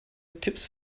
tipps